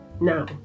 Now